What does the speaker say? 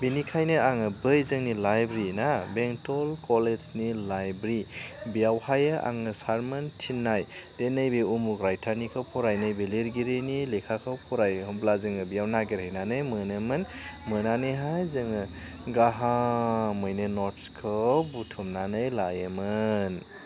बिनिखायनो आङो बै जोंनि लाइब्रि ना बेंतल कलेजनि लाइब्रि बेयावहाय आङो सारमोन थिननाय बे नैबे उमुख रायथारनिखौ फराय नैबे लिरगिरिनि लेखाखौ फराय होमब्ला जोङो बेयाव नागिरहैनानै मोनोमोन मोननानैहाय जोङो गाहामैनो नटसखौ बुथुमनानै लायोमोन